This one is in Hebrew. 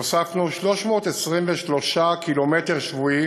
והוספנו 323 קילומטר שבועי